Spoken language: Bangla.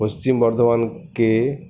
পশ্চিম বর্ধমানকে